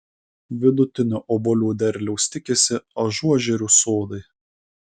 vidutinio obuolių derliaus tikisi ažuožerių sodai